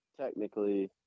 Technically